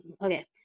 Okay